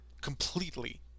Completely